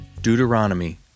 Deuteronomy